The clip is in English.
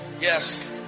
yes